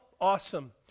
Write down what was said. awesome